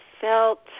felt